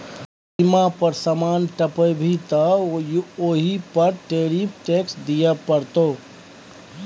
सीमा पर समान टपेभी तँ ओहि पर टैरिफ टैक्स दिअ पड़तौ